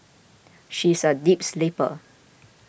she's a deep sleeper